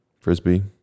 Frisbee